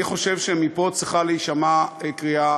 אני חושב שמפה צריכה להישמע קריאה